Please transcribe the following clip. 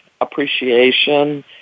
appreciation